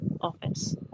office